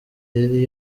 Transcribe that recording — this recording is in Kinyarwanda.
yari